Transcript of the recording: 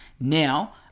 Now